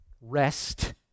rest